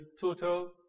total